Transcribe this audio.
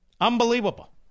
Unbelievable